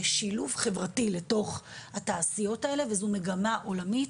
בשילוב חברתי לתוך התעשיות האלה וזו מגמה עולמית.